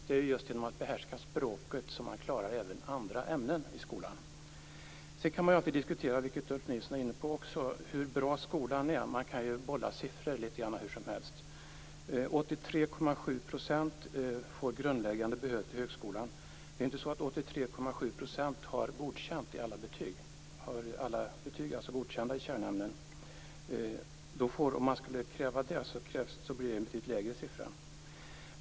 Det är just genom att behärska språket som vi klarar även andra ämnen i skolan. Sedan kan man alltid diskutera, vilket Ulf Nilsson också var inne på, hur bra skolan är. Man kan bolla siffror lite hur som helst. Det är 83,7 % som får grundläggande behörighet till högskolan. Det är inte så att 83,7 % har godkänt betyg i alla kärnämnen. Skulle man kräva det blir det en betydligt lägre siffra.